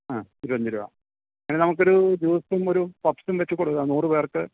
ആ ഇരുപത്തി അഞ്ച് രൂപ അങ്ങനെ നമുക്ക് ഒരു ജ്യൂസും ഒരു പപ്സും വച്ച് കൊടുക്കാം നൂറ് പേർക്ക്